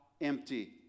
empty